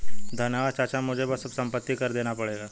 धन्यवाद चाचा मुझे बस अब संपत्ति कर देना पड़ेगा